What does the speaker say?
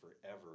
forever